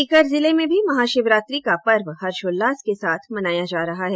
सीकर जिले में भी महाशिवरात्रि का पर्व हर्षोल्लास के साथ मनाया जा रहा है